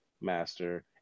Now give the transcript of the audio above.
master